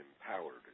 empowered